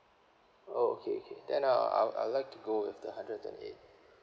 oh okay okay then uh I'll I'll like to go with the hundred twenty eight